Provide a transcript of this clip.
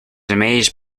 amazed